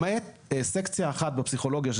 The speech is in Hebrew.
למעט סקציה אחת בפסיכולוגיה,